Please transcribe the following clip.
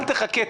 אל תחכה.